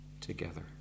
together